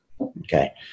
okay